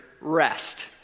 rest